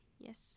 Yes